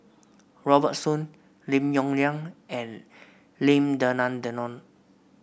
Robert Soon Lim Yong Liang and Lim Denan Denon